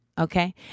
Okay